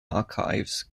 archives